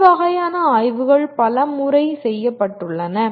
இந்த வகையான ஆய்வுகள் பல முறை செய்யப்பட்டுள்ளன